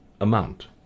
amount